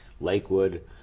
Lakewood